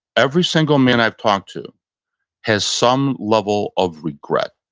every single man i've talked to has some level of regret